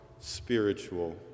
spiritual